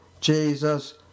Jesus